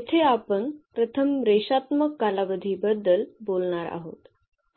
येथे आपण प्रथम रेषात्मक कालावधी बद्दल बोलणार आहोत